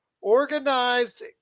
organized